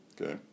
okay